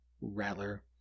Rattler